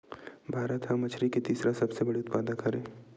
भारत हा मछरी के तीसरा सबले बड़े उत्पादक हरे